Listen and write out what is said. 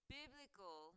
biblical